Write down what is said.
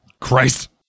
Christ